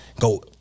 go